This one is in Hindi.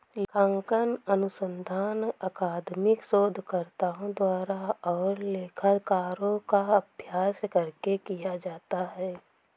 लेखांकन अनुसंधान अकादमिक शोधकर्ताओं द्वारा और लेखाकारों का अभ्यास करके किया जाता है